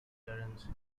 terence